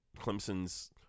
Clemson's